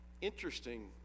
interesting